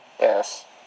Yes